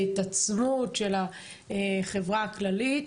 הלבנת ההון וכל האירועים שאנחנו שומעים בתוך החברה הערבית.